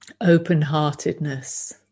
open-heartedness